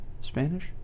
Spanish